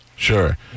Sure